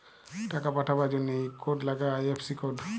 টাকা পাঠাবার জনহে ইক কোড লাগ্যে আই.এফ.সি কোড